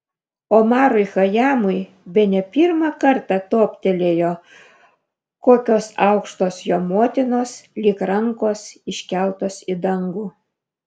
omarui chajamui bene pirmą kartą toptelėjo kokios aukštos jo motinos lyg rankos iškeltos į dangų